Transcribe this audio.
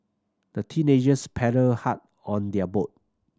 the teenagers paddled hard on their boat